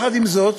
יחד עם זאת